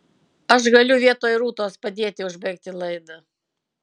aš galiu vietoj rūtos padėti užbaigti laidą